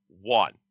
one